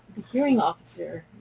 hearing officer,